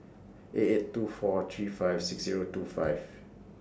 eight eight two four three five six Zero two five